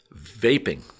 vaping